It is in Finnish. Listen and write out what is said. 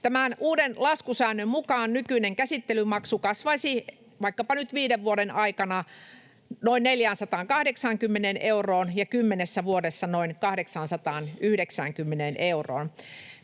Tämän uuden laskusäännön mukaan käsittelymaksu kasvaisi vaikkapa nyt viiden vuoden aikana noin 480 euroon ja kymmenessä vuodessa noin 890 euroon.